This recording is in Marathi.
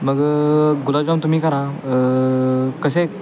मग गुलाबजाम तुम्ही करा कसे आहेत